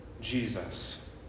Jesus